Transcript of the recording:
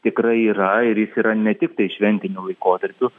tikrai yra ir jis yra ne tiktai šventiniu laikotarpiu